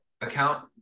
account